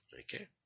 Okay